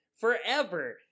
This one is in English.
forever